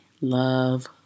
love